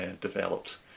developed